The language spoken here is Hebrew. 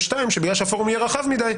ושתיים שבגלל שהפורום יהיה רחב מידי,